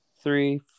three